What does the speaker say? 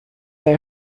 der